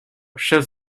shows